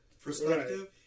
perspective